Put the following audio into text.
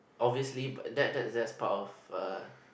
obviously but that's that's that's part of uh